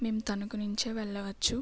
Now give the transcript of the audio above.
మేము తణుకు నుంచే వెళ్ళవచ్చు